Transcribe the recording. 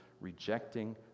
rejecting